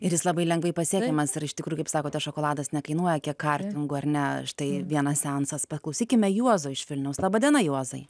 ir jis labai lengvai pasiekiamas yra iš tikrųjų kaip sakote šokoladas nekainuoja kiek kartingų ar ne štai vienas seansas paklausykime juozo iš vilniaus laba diena juozai